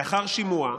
לאחר שימוע,